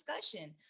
discussion